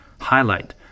highlight